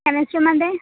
केमेश्ट्रीमध्ये